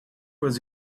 was